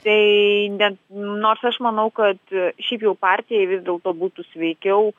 tai ne nors aš manau kad šiaip jau partijai vis dėlto būtų sveikiau